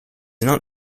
not